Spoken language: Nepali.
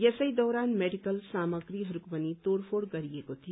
यसै दौरान मेडिकल सामग्रीहरूको पनि तोड़फोड़ गरिएको थियो